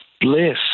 Bliss